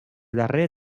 darrer